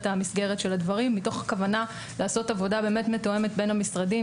מתוך כוונה לעשות עבודה מתואמת בין המשרדים,